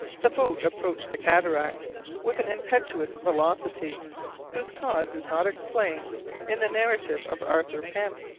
the boat approached the cataract with an impetuous velocity whose cause is not explained in the narrative of arthur pym.